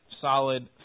solid